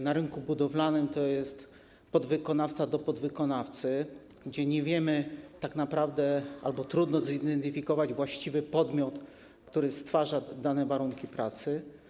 Na rynku budowlanym to jest podwykonawca do podwykonawcy, gdzie tak naprawdę trudno zidentyfikować właściwy podmiot, który stwarza dane warunki pracy.